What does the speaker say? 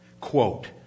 Quote